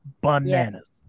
Bananas